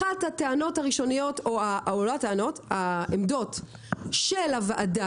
אחת הטענות הראשוניות או העמדות של הוועדה,